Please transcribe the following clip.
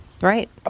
Right